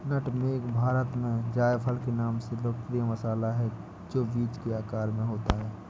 नट मेग भारत में जायफल के नाम से लोकप्रिय मसाला है, जो बीज के आकार में होता है